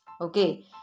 okay